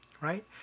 right